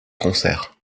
concert